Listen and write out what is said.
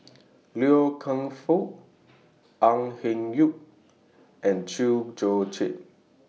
Loy Keng Foo Au Hing Yee and Chew Joo Chiat